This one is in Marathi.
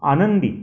आनंदी